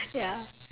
ya